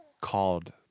called